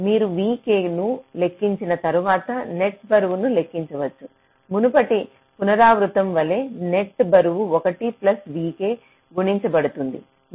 మీరు vk ను లెక్కించిన తర్వాత నెట్ బరువును లెక్కించవచ్చు మునుపటి పునరావృతం వలె నెట్ బరువు 1 ప్లస్ vk గుణించబడుతుంది